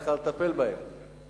צריכה לטפל בהם בעצמה.